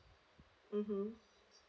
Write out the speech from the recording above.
mm